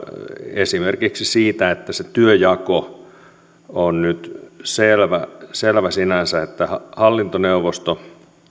esimerkiksi sitä että se työnjako on nyt selvä selvä sinänsä että hallintoneuvosto